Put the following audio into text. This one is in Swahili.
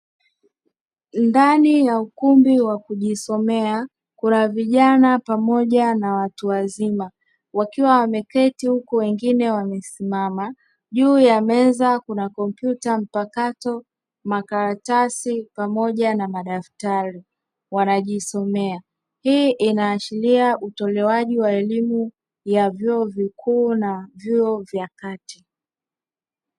Ndani ya ukumbi wa kujisomea, kuna vijana pamoja na watu wazima wakiwa wameketi huku wengine wamesimama. Juu ya meza kuna kompyuta mpakato, makaratasi pamoja na madaftari. Wanajisomea. Hii inaashiria utolewaji wa elimu ya vyuo vikuu na vyuo vya kati.